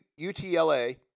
UTLA